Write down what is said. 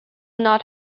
not